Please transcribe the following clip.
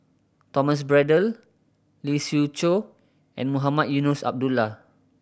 Thomas Braddell Lee Siew Choh and Mohamed Eunos Abdullah